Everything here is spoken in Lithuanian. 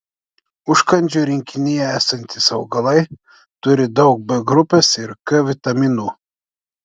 užkandžių rinkinyje esantys augalai turi daug b grupės ir k vitaminų